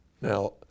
Now